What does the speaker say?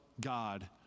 God